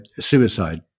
suicide